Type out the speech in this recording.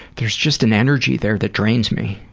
there's just an energy there that drains me.